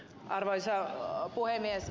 arvoisa puhemies